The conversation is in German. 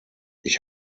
ich